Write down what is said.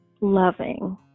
loving